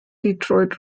detroit